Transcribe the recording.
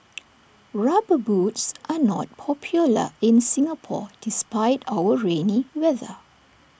rubber boots are not popular in Singapore despite our rainy weather